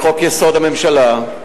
לחוק-יסוד: הממשלה,